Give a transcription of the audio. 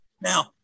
Now